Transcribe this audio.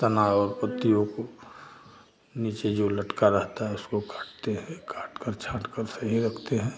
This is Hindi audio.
तना और पत्तियों को नीचे जो लटका रहता है उसको काटते हैं काट कर छाँट कर सही रखते हैं